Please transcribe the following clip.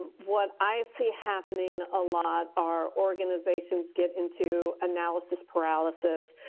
what i see happening a lot are organizations get into analysis paralysis.